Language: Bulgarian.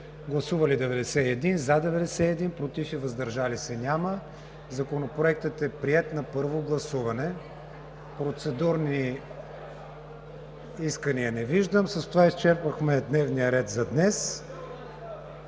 представители: за 91, против и въздържали се няма. Законопроектът е приет на първо гласуване. Процедурни искания не виждам. С това изчерпахме дневния ред за днес.